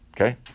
Okay